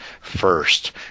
first